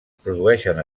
produeixen